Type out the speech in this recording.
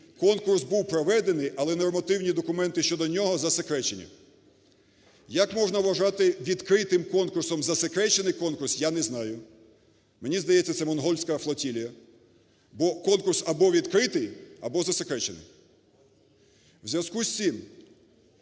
Конкурс був проведений, але нормативні документи щодо нього засекречені". Як можна вважати відкритим конкурсом засекречений конкурс, я не знаю. Мені здається, це монгольська флотилія, бо конкурс або відкритий, або засекречений. У зв'язку з цим